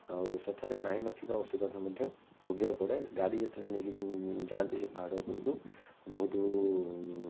ଆଉ ସେଠାରେ ନାହିଁ ନଥିବା ଅସୁବିଧା ମଧ୍ୟ ଭୋଗିବାକୁ ପଡ଼େ ଗାଡ଼ି ଯେତେବେଳେ ନେଇକି ଯାଆନ୍ତି ସେ ପାହାଡ଼ ଉପରକୁ ବହୁତ